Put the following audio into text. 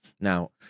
Now